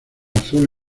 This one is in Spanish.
azul